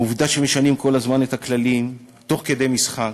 העובדה שכל הזמן משנים את הכללים תוך כדי משחק,